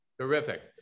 Terrific